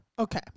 Okay